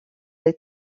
les